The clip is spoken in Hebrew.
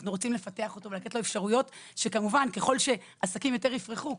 אנחנו רוצים לפתח אותו ולתת לו אפשרויות שכמובן ככל שעסקים יותר יפרחו,